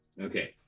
Okay